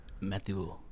Matthew